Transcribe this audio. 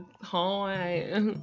hi